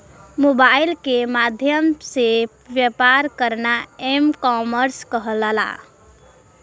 mobile के माध्यम से व्यापार करना एम कॉमर्स कहलाला